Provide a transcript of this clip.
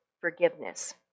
forgiveness